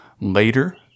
later